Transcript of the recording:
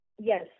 Yes